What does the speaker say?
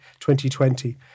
2020